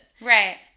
Right